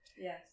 Yes